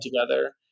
together